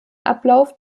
ablauf